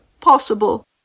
possible